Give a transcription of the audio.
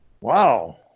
Wow